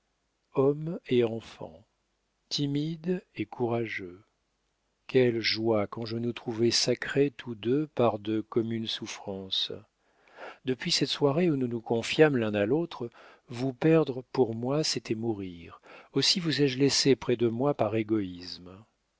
homme et enfant timide et courageux quelle joie quand je nous trouvai sacrés tous deux par de communes souffrances depuis cette soirée où nous nous confiâmes l'un à l'autre vous perdre pour moi c'était mourir aussi vous ai-je laissé près de moi par égoïsme